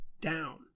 down